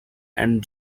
and